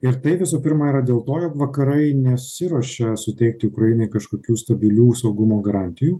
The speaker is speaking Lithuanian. ir tai visų pirma yra dėl to jog vakarai nesiruošia suteikti ukrainai kažkokių stabilių saugumo garantijų